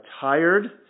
tired